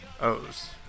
O's